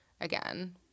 Again